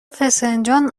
فسنجان